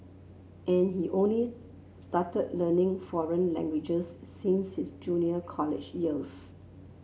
and he only started learning foreign languages since his junior college years